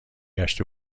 گشت